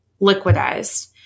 liquidized